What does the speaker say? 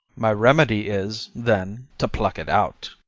my remedy is, then, to pluck it out.